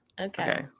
Okay